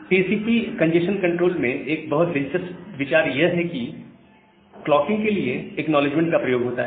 TCP congestion control में एक बहुत दिलचस्प विचार यह है कि क्लॉकिंग के लिए एक्नॉलेजमेंट का प्रयोग होता है